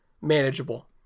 manageable